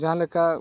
ᱡᱟᱦᱟᱸ ᱞᱮᱠᱟ